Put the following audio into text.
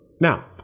Now